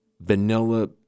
vanilla